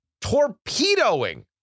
torpedoing